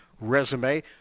resume